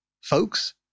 folks